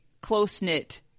close-knit